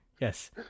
Yes